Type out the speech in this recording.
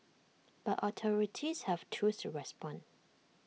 but authorities have tools to respond